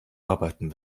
arbeiten